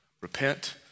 Repent